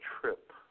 trip